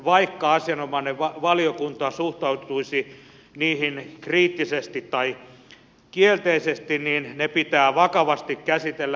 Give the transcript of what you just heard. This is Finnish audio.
vaikka asianomainen valiokunta suhtautuisi niihin kriittisesti tai kielteisesti niin ne pitää vakavasti käsitellä